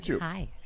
Hi